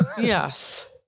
Yes